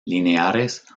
lineares